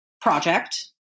project